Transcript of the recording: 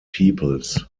peoples